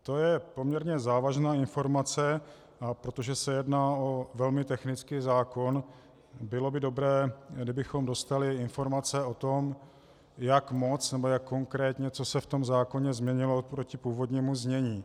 To je poměrně závažná informace, a protože se jedná o velmi technický zákon, bylo by dobré, kdybychom dostali informace o tom, jak moc nebo jak konkrétně a co se v tom zákoně změnilo proti původnímu znění.